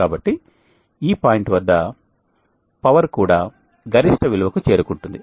కాబట్టి ఈ పాయింట్ వద్ద శక్తి కూడా గరిష్ట విలువ కు చేరుకుంటుంది